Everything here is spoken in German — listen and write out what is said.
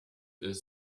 ist